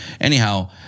Anyhow